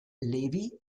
levy